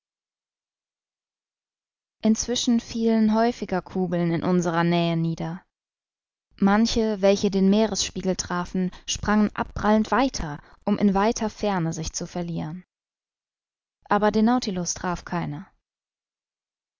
inzwischen fielen häufiger kugeln in unserer nähe nieder manche welche den meeresspiegel trafen sprangen abprallend weiter um in weiter ferne sich zu verlieren aber den nautilus traf keine